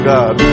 God